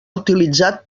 utilitzat